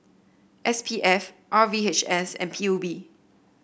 S P F R V H S and P U B